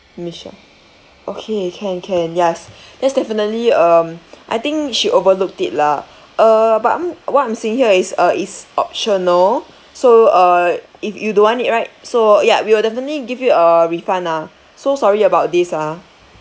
michelle okay can can yes that's definitely um I think she overlooked it lah uh but um what I'm seeing here is uh is optional so uh if you don't want it right so ya we will definitely give you a refund lah so sorry about this ah